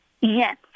Yes